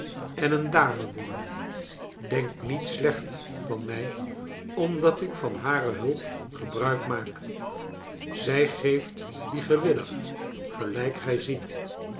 en eene dame worden denk niet slecht van mij omdat ik van hare hulp gebruik maak zij geeft die gewillig gelijk gij ziet